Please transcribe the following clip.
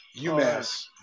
UMass